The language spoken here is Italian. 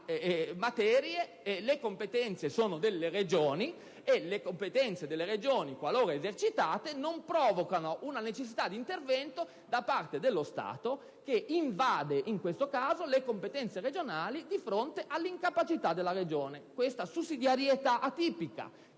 le competenze sono delle Regioni e le competenze delle Regioni, qualora esercitate, non provocano una necessità di intervento da parte dello Stato, che invade in questo caso le competenze regionali di fronte all'incapacità della Regione. Questa è sussidiarietà atipica,